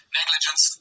negligence